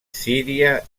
síria